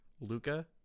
Luca